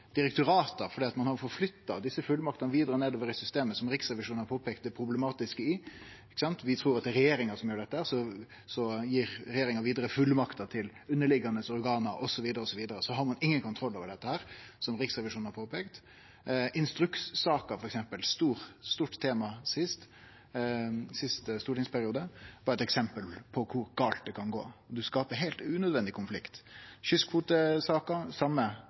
ein har flytta desse fullmaktene vidare nedover i systemet, som Riksrevisjonen har påpeikt det problematiske i. Vi trur det er regjeringa som gjer dette, så gir regjeringa vidare fullmakter til underliggjande organ, osv., osv., og så har ein ingen kontroll over det, som Riksrevisjonen har påpeikt. Instrukssaker var f.eks. eit stort tema i førre stortingsperiode og eit eksempel på kor gale det kan gå. Ein skapar heilt unødvendig konflikt. Kystkvotesaka hadde same